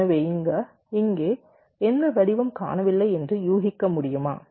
எனவே இங்கே எந்த வடிவம் காணவில்லை என்று யூகிக்க முடியுமா